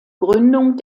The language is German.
gründung